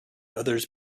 others